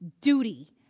duty